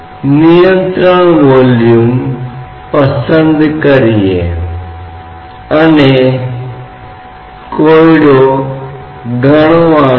तो इस प्रकार का मजबूर विवरण समान रूप से मान्य है यदि द्रव कठोर निकाय की गति के तहत है